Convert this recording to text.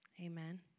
amen